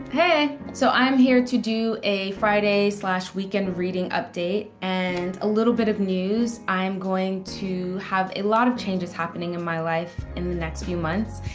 hey, so i'm here to do a friday weekend reading update. and a little bit of news i'm going to have a lot of changes happening in my life in the next few months.